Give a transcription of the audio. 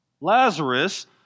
Lazarus